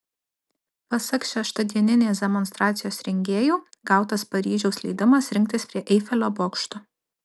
pasak šeštadieninės demonstracijos rengėjų gautas paryžiaus leidimas rinktis prie eifelio bokšto